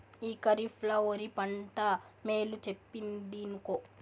ఈ కరీఫ్ ల ఒరి పంట మేలు చెప్పిందినుకో